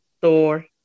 Thor